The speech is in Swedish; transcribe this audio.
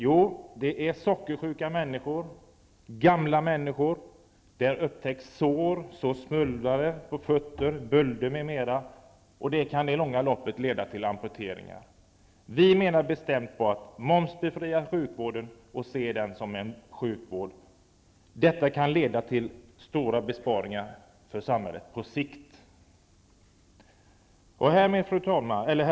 Jo, det är sockersjuka och gamla människor, hos vilka det upptäcks sår, svullnader, bölder m.m., vilket i det långa loppet kan leda till amputeringar, m.m. Vi menar bestämt: Momsbefria fotvården och se den som sjukvård i sig. Det kan på sikt leda till stora besparingar för samhället. Herr talman!